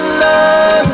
love